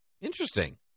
Interesting